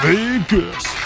Vegas